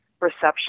Reception